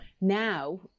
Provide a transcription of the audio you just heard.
Now